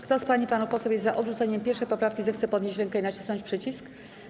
Kto z pań i panów posłów jest za odrzuceniem 1. poprawki, zechce podnieść rękę i nacisnąć przycisk.